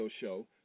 show